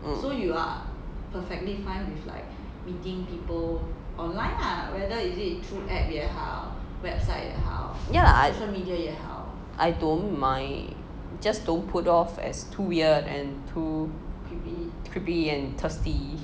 ya lah I I don't mind just don't put off as too weird and too creepy and thirsty